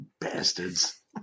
Bastards